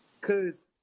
Cause